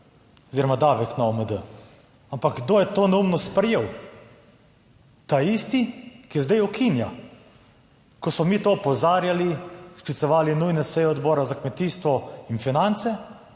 oziroma davek na OMD. Ampak, kdo je to neumnost sprejel: taisti, ki zdaj ukinja. Ko smo mi to opozarjali, sklicevali nujne seje odborov, za kmetijstvo in za finance,